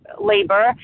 labor